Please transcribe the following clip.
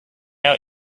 our